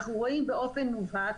אנחנו רואים באופן מובהק,